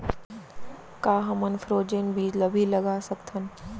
का हमन फ्रोजेन बीज ला भी लगा सकथन?